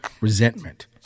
resentment